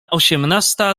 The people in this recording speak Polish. osiemnasta